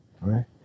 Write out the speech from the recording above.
right